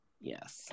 yes